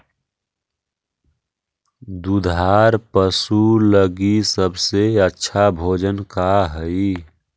दुधार पशु लगीं सबसे अच्छा भोजन का हई?